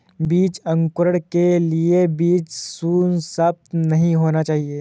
बीज अंकुरण के लिए बीज सुसप्त नहीं होना चाहिए